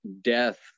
death